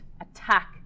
attack